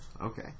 Okay